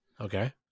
Okay